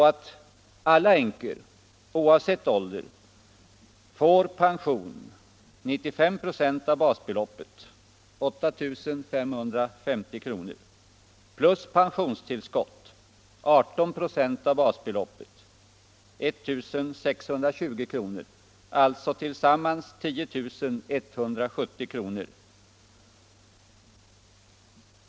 Alla änkor, oavsett ålder, får pension på 95 96 av basbeloppet, 8 550 kr., plus pensionstillskott på 18 96 av basbeloppet, 1 620 kr., alltså tillsammans 10 170 kr.